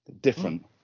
different